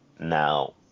Now